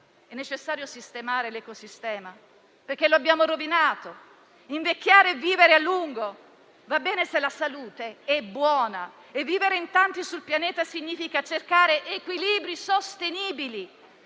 è necessario sistemare l'ecosistema perché lo abbiamo rovinato. Invecchiare, vivere a lungo va bene se la salute è buona e vivere in tanti sul pianeta significa cercare equilibri sostenibili.